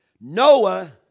Noah